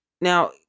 Now